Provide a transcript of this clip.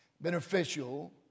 beneficial